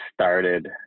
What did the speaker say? started